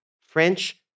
French